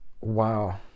wow